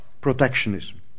protectionism